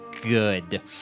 good